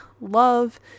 love